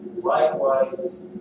likewise